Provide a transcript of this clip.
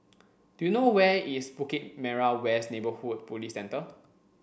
do you know where is Bukit Merah West Neighbourhood Police Centre